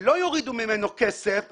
לא יורידו ממנו כסף,